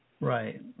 Right